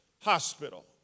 hospital